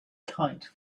kite